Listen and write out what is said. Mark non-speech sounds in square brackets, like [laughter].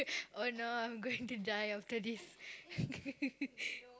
oh no I am going to die after this [laughs]